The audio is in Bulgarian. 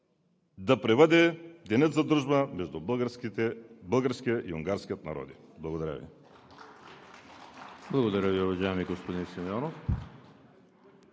Да пребъде Денят за дружба между българския и унгарския народи! Благодаря Ви.